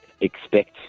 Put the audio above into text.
expect